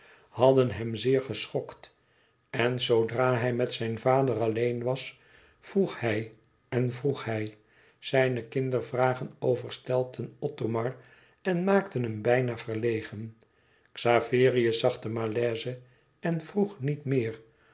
hadden hem zeer geschokt en zoodra hij met zijn vader alleen was vroeg hij en vroeg hij zijne kindervragen overstelpten othomar en maakten hem bijna verlegen xaverius zag die malaise en vroeg niet meer